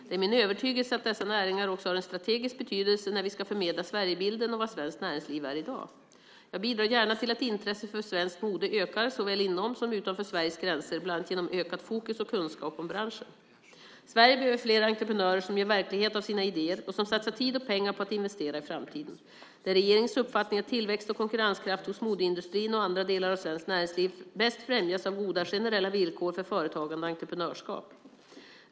Det är min övertygelse att dessa näringar också har en strategisk betydelse när vi ska förmedla Sverigebilden och vad svenskt näringsliv är i dag. Jag bidrar gärna till att intresset för svenskt mode ökar såväl inom som utanför Sveriges gränser bland annat genom ökat fokus på och kunskap om branschen. Sverige behöver fler entreprenörer som gör verklighet av sina idéer och som satsar tid och pengar på att investera i framtiden. Det är regeringens uppfattning att tillväxt och konkurrenskraft hos modeindustrin och andra delar av svenskt näringsliv bäst främjas av goda generella villkor för företagande och entreprenörskap.